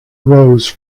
arose